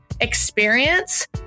experience